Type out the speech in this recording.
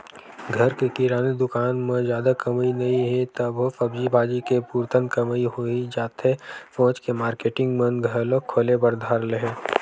घर के किराना दुकान म जादा कमई नइ हे तभो सब्जी भाजी के पुरतन कमई होही जाथे सोच के मारकेटिंग मन घलोक खोले बर धर ले हे